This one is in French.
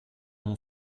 mon